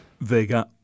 Vega